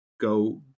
Go